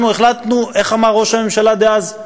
אנחנו החלטנו, איך אמר ראש הממשלה דאז?